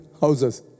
houses